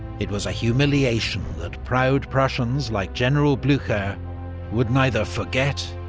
it was a humiliation that proud prussians like general blucher would neither forget,